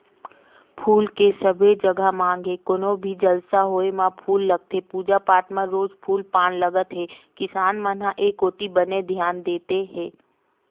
फूल के सबे जघा मांग हे कोनो भी जलसा होय म फूल लगथे पूजा पाठ म रोज फूल पान लगत हे किसान मन ह ए कोती बने धियान देत हे